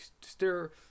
Stir